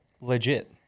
legit